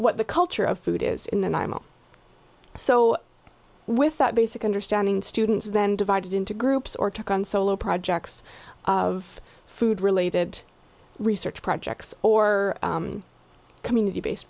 what the culture of food is in and imo so with that basic understanding students then divided into groups or took on solo projects of food related research projects or community based